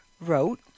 wrote